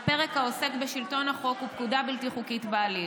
בפרק העוסק בשלטון החוק ופקודה בלתי חוקית בעליל.